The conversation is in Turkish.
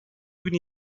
günü